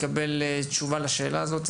תצליחו לקבל תשובה לשאלה הזאת,